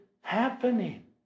happening